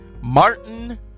Martin